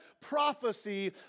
prophecy